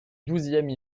douzième